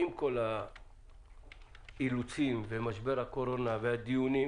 עם כל האילוצים ומשבר הקורונה והדיונים